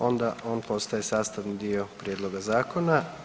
Onda on postaje sastavni dio prijedloga Zakona.